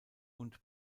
und